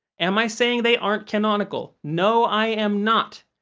am i saying they aren't canonical? no, i am not.